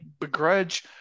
begrudge